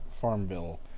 Farmville